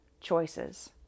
choices